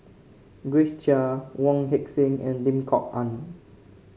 Grace Chia Wong Heck Sing and Lim Kok Ann